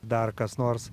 dar kas nors